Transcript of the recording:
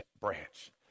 branch